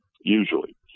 usually